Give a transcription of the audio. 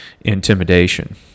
intimidation